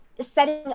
setting